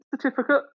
certificate